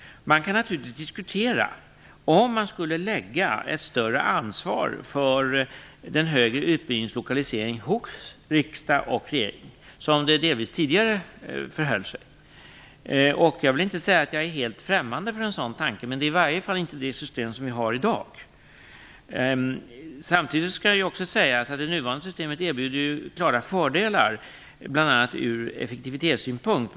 Man kan naturligtvis diskutera om ett större ansvar för den högre utbildningens lokalisering skulle läggas hos riksdagen och regeringen. Så förhöll det sig delvis tidigare. Jag vill inte säga att jag är helt främmande för en sådan tanke, men det är inte det system som vi har i dag. Samtidigt skall det sägas att det nuvarande systemet erbjuder klara fördelar, bl.a. ur effektivitetssynpunkt.